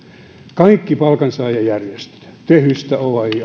kaikki palkansaajajärjestöt tehystä oajhin